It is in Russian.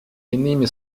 иными